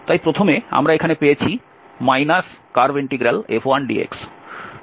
তাই প্রথমে আমরা এখানে পেয়েছি CF1dx